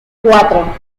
cuatro